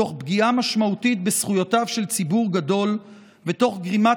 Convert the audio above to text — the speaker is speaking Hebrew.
תוך פגיעה משמעותית בזכויותיו של ציבור גדול ותוך גרימת